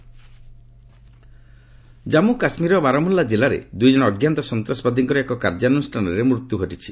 କେକେ encounter Jammu କାଶ୍ମୀରର ବାରମୁଲ୍ଲା କିଲ୍ଲାରେ ଦୁଇଜଣ ଅଜ୍ଞାତ ସନ୍ତାସବାଦୀଙ୍କର ଏକ କାର୍ଯ୍ୟାନୁଷ୍ଠାନରେ ମୃତ୍ୟୁ ଘଟିଛି